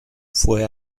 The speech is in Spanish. fue